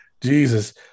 Jesus